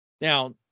Now